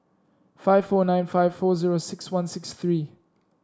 five four nine five four zero six one six three